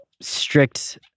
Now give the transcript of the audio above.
strict